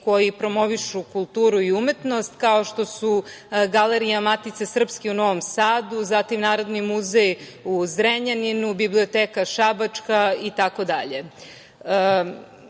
koji promovišu kulturu i umetnost, kao što su Galerija „Matice srpske“ u Novom Sadu, zatim Narodni muzej u Zrenjaninu, biblioteka šabačka